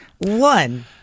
one